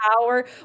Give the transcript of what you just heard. power